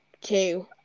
two